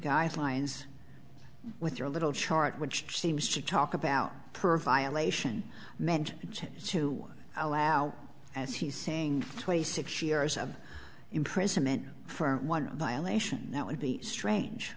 flies with your little chart which seems to talk about per violation meant to allow as he's saying twenty six years of imprisonment for one violation that would be strange